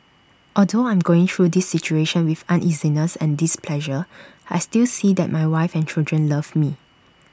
although I'm going through this situation with uneasiness and displeasure I still see that my wife and children love me